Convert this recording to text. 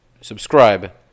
subscribe